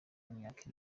w’imyaka